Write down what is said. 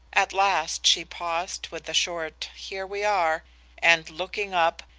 at last she paused with a short here we are and looking up,